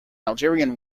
algerian